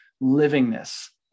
livingness